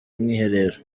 mwiherero